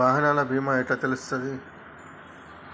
వాహనాల బీమా ఎట్ల తెలుస్తది?